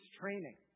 training